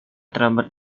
terlambat